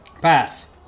Pass